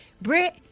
Brit